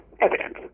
evidence